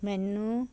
ਮੈਨੂੰ